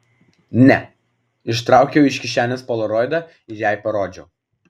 ne ištraukiau iš kišenės polaroidą ir jai parodžiau